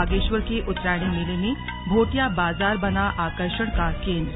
बागेश्वर के उत्तरायणी मेले में भोटिया बाजार बना आकर्षण का केंद्र